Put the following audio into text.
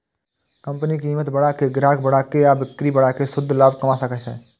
company कीमत बढ़ा के, ग्राहक बढ़ा के आ बिक्री बढ़ा कें शुद्ध लाभ कमा सकै छै